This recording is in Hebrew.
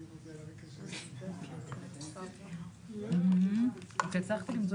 היקף שעות הנוכחות וכו',